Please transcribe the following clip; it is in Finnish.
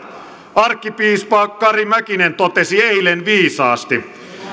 arkkipiispa kari mäkinen totesi eilen viisaasti